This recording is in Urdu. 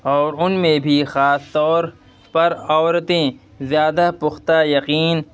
اور ان میں بھی خاص طور پر عورتیں زیادہ پختہ یقین